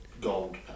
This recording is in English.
gold